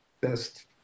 best